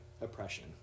oppression